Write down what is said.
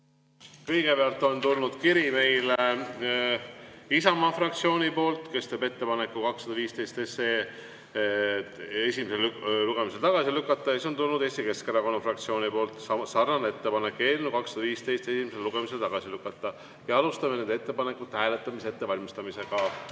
ettepanek, on tulnud kiri Isamaa fraktsioonilt, kes teeb ettepaneku 215 SE esimesel lugemisel tagasi lükata. Ja veel on tulnud Eesti Keskerakonna fraktsioonilt sarnane ettepanek: eelnõu 215 esimesel lugemisel tagasi lükata. Alustame nende ettepanekute hääletamise ettevalmistamist.